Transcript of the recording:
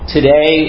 Today